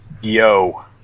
Yo